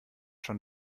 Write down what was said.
schon